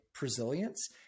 resilience